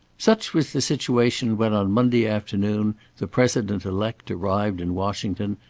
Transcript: such was the situation when on monday afternoon the president-elect arrived in washington,